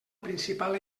principal